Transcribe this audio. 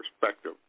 perspective